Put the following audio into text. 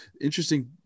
interesting